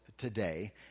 Today